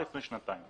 או לפני שנתיים.